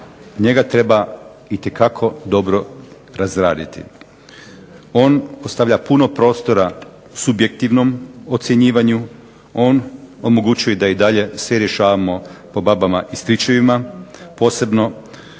njega treba itekako dobro razraditi. On ostavlja puno prostora subjektivnom ocjenjivanju, on omogućuje da i dalje sve rješavamo po babama i stričevima, posebno